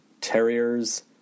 Terriers